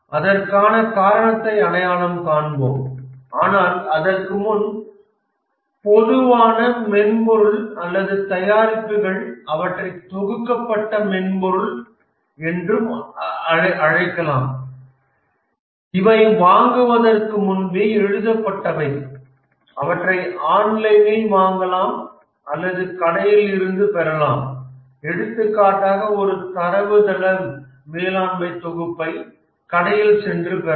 அதற்கான காரணத்தை அடையாளம் காண்போம் ஆனால் அதற்கு முன் பொதுவான மென்பொருள் அல்லது தயாரிப்புகள் அவற்றை தொகுக்கப்பட்ட மென்பொருள் என்றும் அழைக்கலாம் இவை வாங்குவதற்கு முன்பே எழுதப்பட்டவை அவற்றை ஆன்லைனில் வாங்கலாம் அல்லது கடையில் இருந்து பெறலாம் எடுத்துக்காட்டாக ஒரு தரவுத்தள மேலாண்மை தொகுப்பைப் கடையில் சென்று பெறலாம்